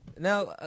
Now